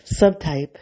subtype